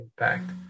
impact